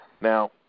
now